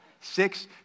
six